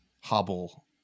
hobble